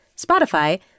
Spotify